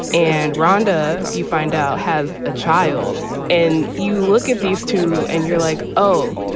and rhonda, you find out, has a child and you look at these two and you're like, oh,